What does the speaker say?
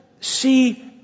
see